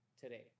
today